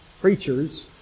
preachers